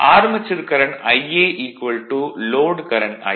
armature current Ia load current IL